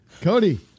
Cody